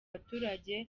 baturage